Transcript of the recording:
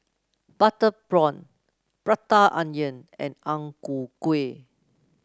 Butter Prawn Prata Onion and Ang Ku Kueh